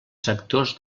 sectors